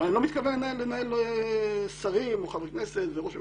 ואני לא מתכוון לנהל שרים או חברי כנסת וראש ממשלה.